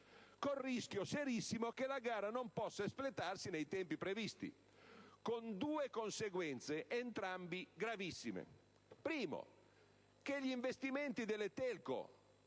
con il rischio serissimo che la gara non possa espletarsi nei tempi previsti. Ciò ha due conseguenze gravissime. La prima è che gli investimenti delle TelCo,